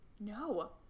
No